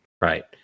Right